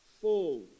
full